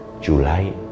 july